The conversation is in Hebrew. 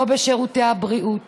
לא בשירותי בריאות